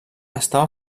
estava